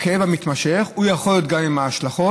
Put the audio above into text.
הכאב המתמשך יכול להיות גם עם השלכות.